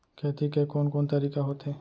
खेती के कोन कोन तरीका होथे?